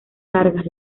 largas